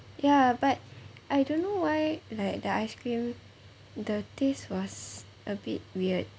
ya but I don't know why like the ice cream the taste was a bit weird